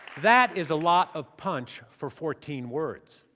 that is a lot of punch for fourteen words.